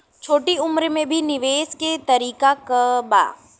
छोटी उम्र में भी निवेश के तरीका क बा?